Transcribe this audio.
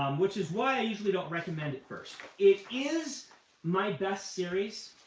um which is why i usually don't recommend it first. it is my best series,